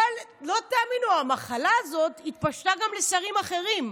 אבל לא תאמינו, המחלה הזאת התפשטה גם לשרים אחרים.